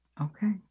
Okay